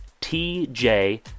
TJ